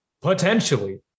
potentially